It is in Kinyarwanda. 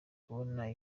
kubona